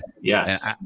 yes